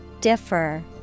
Differ